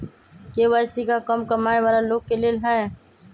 KYC का कम कमाये वाला लोग के लेल है?